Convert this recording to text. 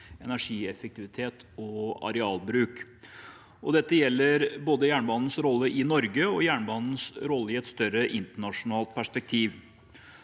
energieffektivitet og arealbruk. Dette gjelder både jernbanens rolle i Norge og jernbanens rolle i et større, internasjonalt perspektiv.